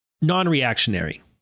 Non-reactionary